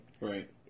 Right